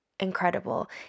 Incredible